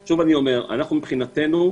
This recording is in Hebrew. שוב, מבחינתנו,